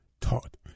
taught